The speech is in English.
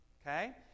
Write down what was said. okay